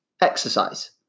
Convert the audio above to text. exercise